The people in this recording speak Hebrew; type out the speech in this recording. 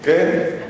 כן.